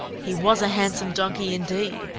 he was a handsome donkey indeed!